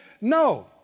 No